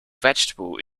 vegetable